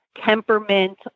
temperament